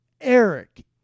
Eric